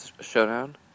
showdown